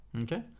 okay